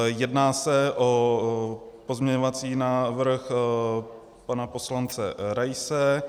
Jedná se o pozměňovací návrh pana poslance Raise.